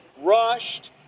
rushed